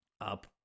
up